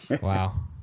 Wow